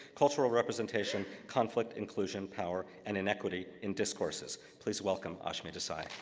cultural representation, conflict, inclusion, power, and inequity in discourses. please welcome ashmi desai.